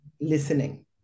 listening